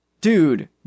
dude